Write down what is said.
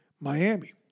Miami